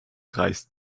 reist